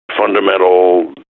fundamental